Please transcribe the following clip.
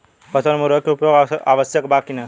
फसल में उर्वरक के उपयोग आवश्यक बा कि न?